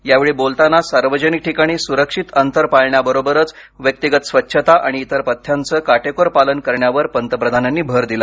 यावेळी बोलताना सार्वजनिक ठिकाणी सुरक्षित अंतर पाळण्याबरोबरच व्यक्तिगत स्वच्छता आणि इतर पथ्यांचं काटेकोर पालन करण्यावर पंतप्रधानांनी भर दिला